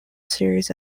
series